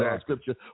scripture